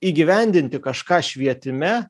įgyvendinti kažką švietime